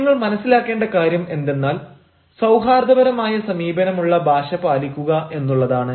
നിങ്ങൾ മനസ്സിലാക്കേണ്ട കാര്യം എന്തെന്നാൽ സൌഹാർദ്ദപരമായ സമീപനമുള്ള ഭാഷ പാലിക്കുക എന്നുള്ളതാണ്